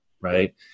right